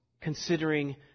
considering